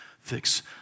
fix